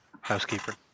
housekeeper